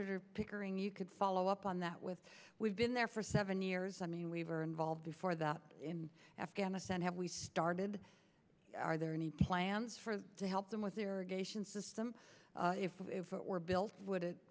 pickering you could follow up on that with we've been there for seven years i mean we were involved before that in afghanistan have we started are there any plans for to help them with the irrigation system if it were built would it